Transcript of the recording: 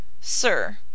Sir